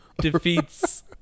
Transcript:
defeats